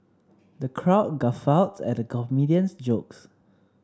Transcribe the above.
the crowd guffawed at the comedian's jokes